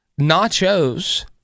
nachos